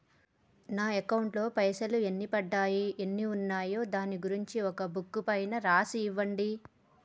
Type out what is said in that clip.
నా అకౌంట్ లో పైసలు ఎన్ని పడ్డాయి ఎన్ని ఉన్నాయో దాని గురించి ఒక బుక్కు పైన రాసి ఇవ్వండి?